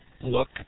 look